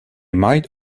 might